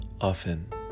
often